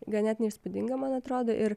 ganėtinai įspūdinga man atrodo ir